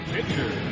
Pitcher